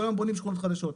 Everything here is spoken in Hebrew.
כל היום בונים שכונות חדשות.